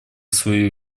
свою